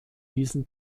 diesen